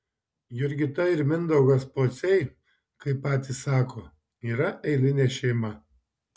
jurgita ir mindaugas pociai kaip patys sako yra eilinė šeima